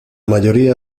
mayoría